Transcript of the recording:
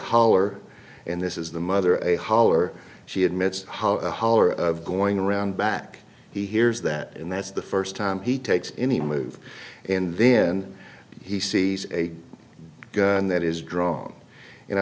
holler and this is the mother a holler she admits how a holler of going around back he hears that and that's the first time he takes any move and then he sees a gun that is drawn and i